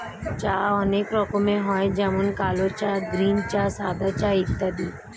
চা অনেক রকমের হয় যেমন কালো চা, গ্রীন চা, সাদা চা ইত্যাদি